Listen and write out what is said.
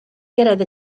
gyrraedd